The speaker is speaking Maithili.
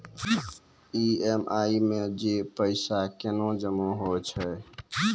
ई.एम.आई मे जे पैसा केना जमा होय छै?